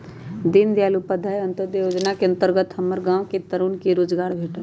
दीनदयाल उपाध्याय अंत्योदय जोजना के अंतर्गत हमर गांव के तरुन के रोजगार भेटल